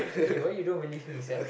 eh why you don't believe me sia